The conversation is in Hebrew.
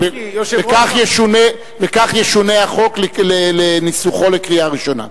וכך ישונה החוק לניסוחו לקריאה ראשונה.